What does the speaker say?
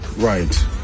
Right